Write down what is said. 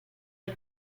del